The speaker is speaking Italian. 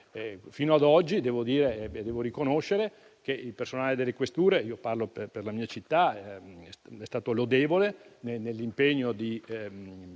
Fino ad oggi devo riconoscere che il personale delle questure - parlo per la mia città - è stato lodevole nell'impegno di